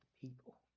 people